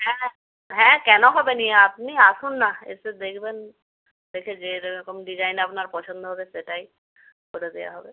হ্যাঁ হ্যাঁ কেন হবে নি আপনি আসুন না এসে দেখবেন দেখে যেরকম ডিজাইন আপনার পছন্দ হবে সেটাই করে দেয়া হবে